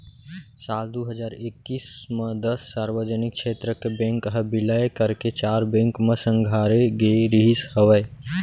साल दू हजार एक्कीस म दस सार्वजनिक छेत्र के बेंक ह बिलय करके चार बेंक म संघारे गे रिहिस हवय